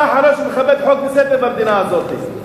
אתה האחרון שמכבד חוק וסדר במדינה הזאת,